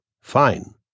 fine